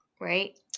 right